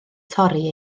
torri